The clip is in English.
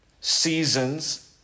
seasons